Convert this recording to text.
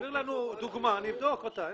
--- תעביר לנו דוגמה, נבדוק אותה.